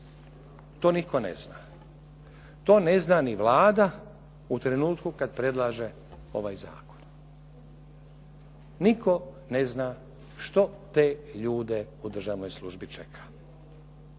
to nitko ne zna, to ne zna ni Vlada u trenutku kad predlaže ovaj zakon. Nitko ne zna što te ljude u državnoj službi čeka.